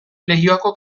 leioako